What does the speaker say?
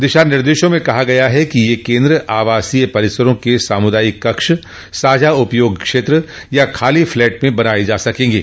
दिशा निर्देशों में कहा गया है कि ये केन्द्र आवासीय परिसरों के सामुदायिक कक्ष साझा उपयोग क्षेत्र या खाली फ्लैट में बनाए जा सकेंगे